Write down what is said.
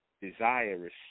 desirous